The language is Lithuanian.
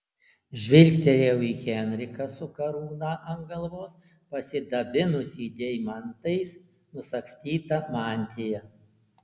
žvilgtelėjau į henriką su karūna ant galvos pasidabinusį deimantais nusagstyta mantija